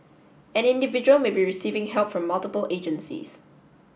an individual may be receiving help from multiple agencies